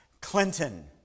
Clinton